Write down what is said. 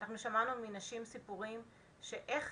אנחנו שמענו מנשים סיפורים של איך